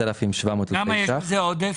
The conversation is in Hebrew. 7,703. למה יש בזה עודף?